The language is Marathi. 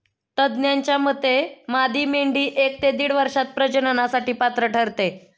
तज्ज्ञांच्या मते मादी मेंढी एक ते दीड वर्षात प्रजननासाठी पात्र ठरते